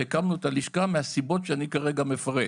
והקמנו את הלשכה מהסיבות שאני כרגע מפרט.